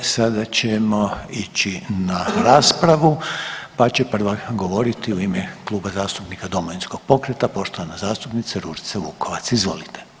Sada ćemo ići na raspravu pa će prva govoriti u ime Kluba zastupnika Domovinskog pokreta poštovana zastupnica Ružica Vukovac, izvolite.